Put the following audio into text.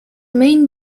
main